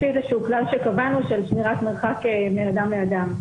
לפי איזה שהוא כלל שקבענו של שמירת מרחק מן אדם לאדם.